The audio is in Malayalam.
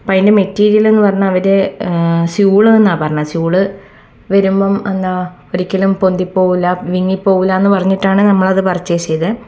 അപ്പം അതിൻ്റെ മെറ്റീരിയൽ എന്ന് പറഞ്ഞാൽ അവർ സ്യുഡെന്നാണ് പറഞ്ഞത് സ്യുഡ് വരുമ്പം എന്താ ഒരിക്കലും പൊന്തിപ്പോകില്ല നീങ്ങിപ്പോകില്ലയെന്നു പറഞ്ഞിട്ടാണ് നമ്മളത് പർച്ചേസ് ചെയ്തത്